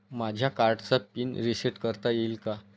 माझ्या कार्डचा pin reset करता येईल का?